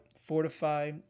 fortify